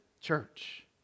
church